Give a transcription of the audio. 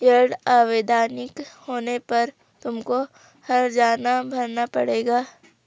yield अवैधानिक होने पर तुमको हरजाना भरना पड़ेगा